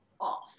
off